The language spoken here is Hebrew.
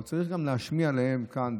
אבל צריך גם להשמיע להם כאן,